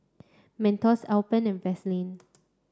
Mentos Alpen and Vaseline